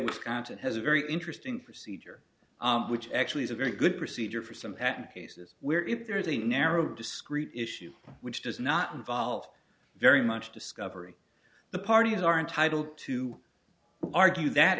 wisconsin has a very interesting procedure which actually is a very good procedure for some patent cases where if there is a narrow discrete issue which does not involve very much discovery the parties are entitled to argue that